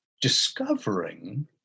discovering